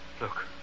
Look